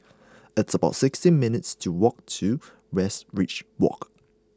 it's about sixteen minutes to walk to Westridge Walk